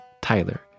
Tyler